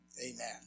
Amen